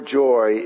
joy